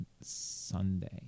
Sunday